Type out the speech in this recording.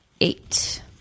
eight